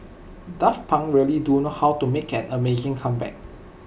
daft Punk really do know how to make an amazing comeback